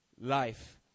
life